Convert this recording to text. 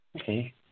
Okay